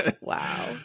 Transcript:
Wow